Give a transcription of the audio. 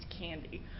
candy